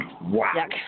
wow